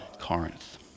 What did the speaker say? Corinth